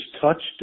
touched